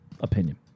opinion